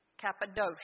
Cappadocia